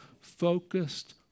focused